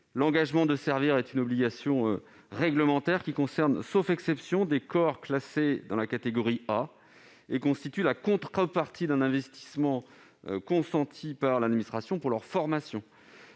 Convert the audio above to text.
L'engagement de servir est une obligation réglementaire qui concerne, sauf exception, des corps classés dans la catégorie A et constitue la contrepartie d'un investissement consenti par l'administration pour leur formation.